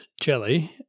Jelly